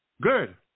good